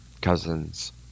Cousins